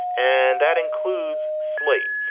and that includes slate.